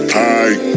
high